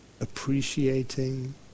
appreciating